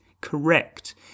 correct